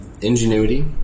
ingenuity